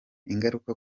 ingaruka